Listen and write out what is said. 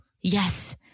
yes